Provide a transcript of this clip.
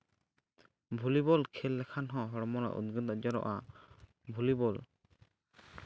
volleyball ᱠᱷᱮᱞ ᱞᱮᱠᱷᱟᱱ ᱦᱚᱸ ᱦᱚᱲᱢᱚ ᱨᱮᱱᱟᱜ ᱩᱫᱽᱜᱟᱹᱨ ᱫᱟᱜ ᱡᱚᱨᱚᱜᱼᱟ ᱵᱷᱚᱞᱤᱵᱚᱞ